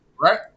Right